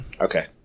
Okay